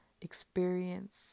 Experience